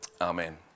Amen